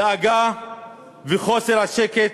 הדאגה וחוסר השקט